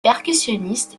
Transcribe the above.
percussionniste